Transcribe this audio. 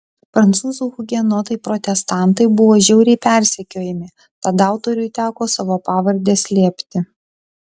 prancūzų hugenotai protestantai buvo žiauriai persekiojami tad autoriui teko savo pavardę slėpti